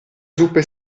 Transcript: zuppe